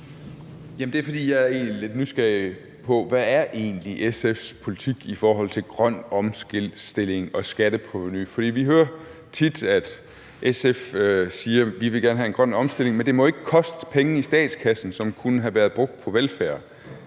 Olesen (LA): Jeg er lidt nysgerrig på, hvad SF's politik egentlig er i forhold til grøn omstilling og skatteprovenu. For vi hører tit SF sige, at de gerne vil have en grøn omstilling, men at det jo ikke må koste penge i statskassen, som kunne have været brugt på velfærd.